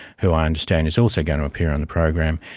who understand is also going to appear on the program,